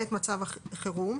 בעת מצב חירום,